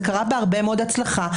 זה קרה בהרבה מאוד הצלחה.